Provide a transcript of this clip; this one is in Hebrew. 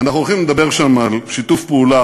אנחנו הולכים לדבר שם על שיתוף פעולה